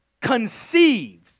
conceive